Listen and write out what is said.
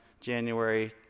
January